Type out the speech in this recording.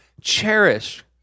cherish